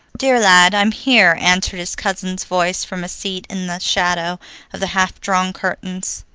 dear lad, i'm here, answered his cousin's voice from a seat in the shadow of the half-drawn curtains.